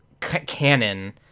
canon